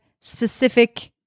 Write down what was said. specific